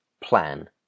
plan